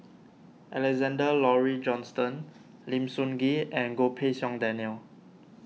Alexander Laurie Johnston Lim Sun Gee and Goh Pei Siong Daniel